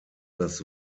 das